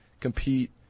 compete